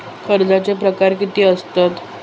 कर्जाचे प्रकार कीती असतत?